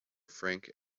frank